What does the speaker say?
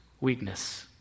Weakness